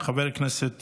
חבר הכנסת